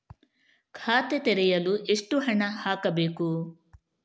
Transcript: ಖಾತೆ ತೆರೆಯಲು ಎಷ್ಟು ಹಣ ಹಾಕಬೇಕು?